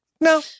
No